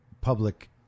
public